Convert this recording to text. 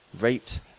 raped